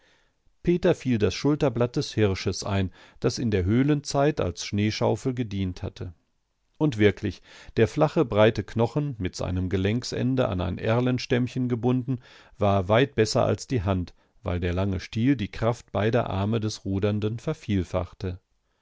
peter fiel das schulterblatt des hirsches ein das in der höhlenzeit als schneeschaufel gedient hatte und wirklich der flache breite knochen mit seinem gelenksende an ein erlenstämmchen gebunden war weit besser als die hand weil der lange stiel die kraft beider arme des rudernden vervielfachte